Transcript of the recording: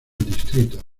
distrito